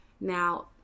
Now